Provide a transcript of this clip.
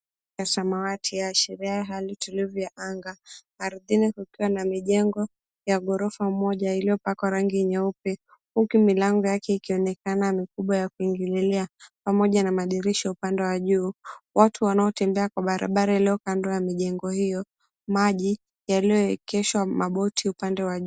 ...ya samawati yaashiria hali tulivu ya anga ardhini kukiwa na majengo ya ghorofa moja iliyopakwa rangi nyeupe huku milango yake ikionekana mikubwa ya kuingilia pamoja na madirisha upande wa juu. Watu wanaotembea kwa barabara iliyo kando ya majengo hiyo, maji yaliyoekeshwa maboti upande wa juu.